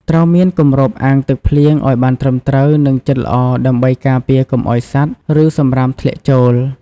ត្រូវមានគម្របអាងទឹកភ្លៀងឲ្យបានត្រឹមត្រូវ និងជិតល្អដើម្បីការពារកុំឲ្យសត្វ ឬសំរាមធ្លាក់ចូល។